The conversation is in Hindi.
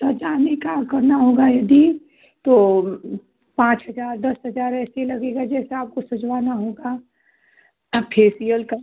सजाने का करना होगा यदि तो पाँच हजार दस हजार ऐसे लगेगा जैसा आपको सजवाना होगा अब फेसियल का